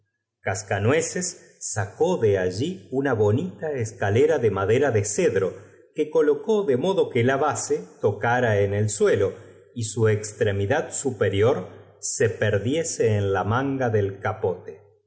cnscanue ces sacó de al lí una bonita escalera de madera tic ced ro que colocó de modo que la base tocara en el suelo y su exttemidad superior se perdiese en la manga del capote lla